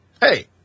Hey